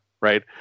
right